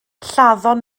lladdon